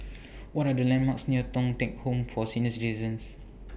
What Are The landmarks near Thong Teck Home For Senior Citizens